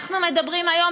אנחנו מדברים היום,